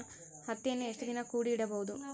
ಹತ್ತಿಯನ್ನು ಎಷ್ಟು ದಿನ ಕೂಡಿ ಇಡಬಹುದು?